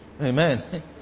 Amen